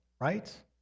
right